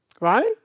Right